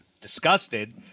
disgusted